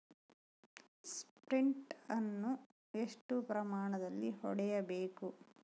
Sprint ಅನ್ನು ಎಷ್ಟು ಪ್ರಮಾಣದಲ್ಲಿ ಹೊಡೆಯಬೇಕು?